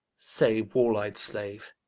say, wall-ey'd slave,